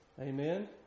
Amen